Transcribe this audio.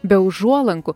be užuolankų